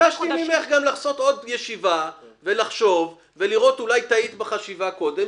ביקשתי ממך לקיים עוד ישיבה ולחשוב ולראות אולי טעית בחשיבה קודם,